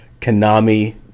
Konami